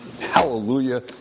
Hallelujah